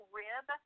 rib